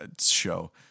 show